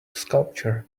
sculpture